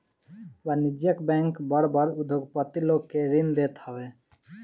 वाणिज्यिक बैंक बड़ बड़ उद्योगपति लोग के ऋण देत हवे